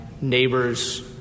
neighbors